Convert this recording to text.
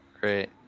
Great